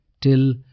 till